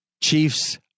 Chiefs